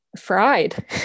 fried